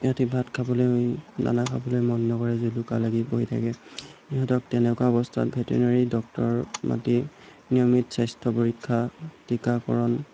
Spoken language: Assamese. ইহঁতি ভাত খাবলৈ দানা খাবলৈ মন নকৰে জুলুকা লাগি বহি থাকে সিহঁতক তেনেকুৱা অৱস্থাত ভেটেনেৰি ডক্তৰ মাটি নিয়মিত স্বাস্থ্য পৰীক্ষা টীকাকৰণ